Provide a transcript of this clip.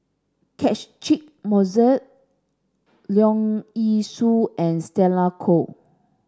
Catchick Moses Leong Yee Soo and Stella Kon